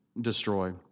destroy